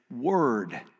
word